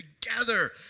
together